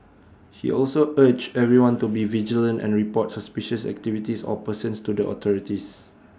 he also urged everyone to be vigilant and report suspicious activities or persons to the authorities